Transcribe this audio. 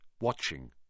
watching